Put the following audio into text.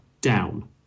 down